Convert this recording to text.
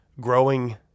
growing